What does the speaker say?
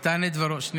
נתן את דברו, שנייה,